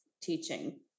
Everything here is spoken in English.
teaching